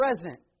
present